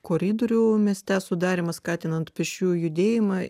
koridorių mieste sudarymą skatinant pėsčiųjų judėjimą